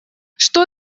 что